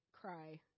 cry